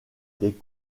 des